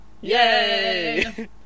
Yay